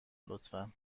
لطفا